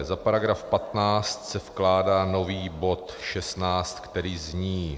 Za § 15 se vkládá nový bod 16, který zní...